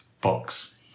box